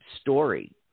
story